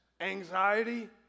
anxiety